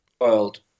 world